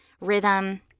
rhythm